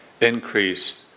increased